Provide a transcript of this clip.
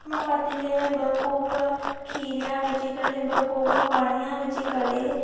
मां पतीले में ॿ कोप खीर या विझी करे ॿ कोप पाणी जा विझी करे